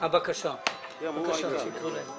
בסדר היום.